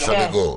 לסנגור.